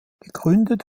gegründet